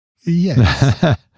Yes